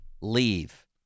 leave